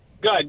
Good